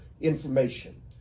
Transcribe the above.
information